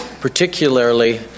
particularly